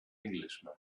englishman